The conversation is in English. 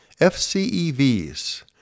FCEVs